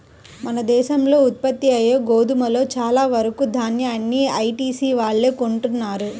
మన దేశంలో ఉత్పత్తయ్యే గోధుమలో చాలా వరకు దాన్యాన్ని ఐటీసీ వాళ్ళే కొంటన్నారు